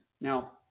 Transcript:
Now